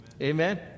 Amen